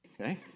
okay